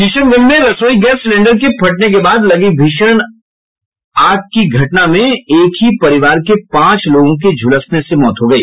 किशनगंज में रसोई gas cylinder के फटने के बाद लगी भीषण अगलगी की घटना में एक ही परिवार के पांच लोगों की झूलसने से मौत हो गयी